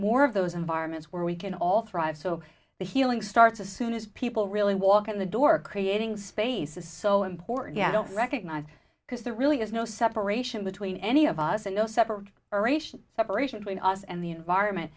more of those environments where we can all thrive so that healing starts as soon as people really walk in the door creating space is so important i don't recognize because there really is no separation between any of us and no separate separation between us and the environment